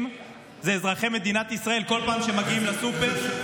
הם אזרחי מדינת ישראל בכל פעם שהם מגיעים לסופר,